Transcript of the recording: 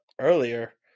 earlier